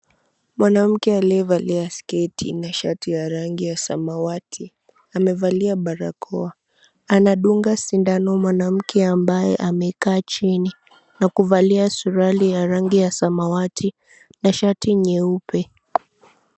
Mwanamke aliyevalia 𝑠𝑘𝑒𝑡𝑖 𝑛𝑎 shati ya rangi ya samawati amevalia barakoa anadunga sindano mwan𝑎𝑚ke ambaye amekaa chini na kuvalia surali ya rangi ya samawati na shati nyeupe.